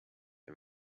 and